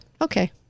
Okay